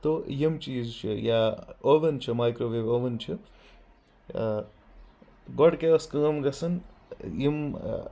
تو یم چیٖز چھِ یا اوُن چھِ میکروویو اوُن چھ گۄڑ کیاہ ٲسۍ کٲم گژھان یم